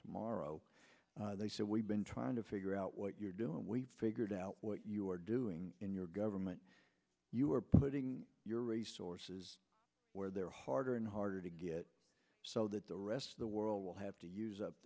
tomorrow they said we've been trying to figure out what you're doing we figured out what you're doing in your government you are putting your resources where they're harder and harder to get so that the rest of the world will have to use up